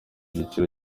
giciro